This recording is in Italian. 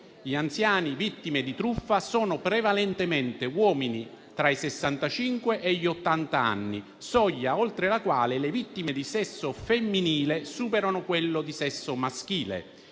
Gli anziani vittime di truffa sono prevalentemente uomini tra i sessantacinque e gli ottant'anni, soglia oltre la quale le vittime di sesso femminile superano quelle di sesso maschile.